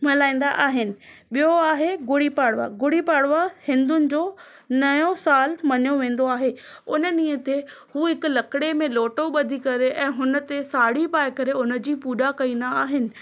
मल्हाईंदा आहिनि ॿियो आहे गुड़ी पाड़वा गुड़ी पाड़वा हिंदुनि जो नओं साल मञियो वेंदो आहे हुन ॾींहुं ते हू हिकु लकिड़े में लोटो बधी करे ऐं हुन ते साड़ी पाए करे हुनजी पूॼा कंदा आहिनि